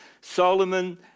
Solomon